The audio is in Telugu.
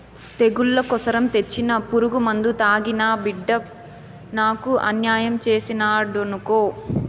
తెగుళ్ల కోసరం తెచ్చిన పురుగుమందు తాగి నా బిడ్డ నాకు అన్యాయం చేసినాడనుకో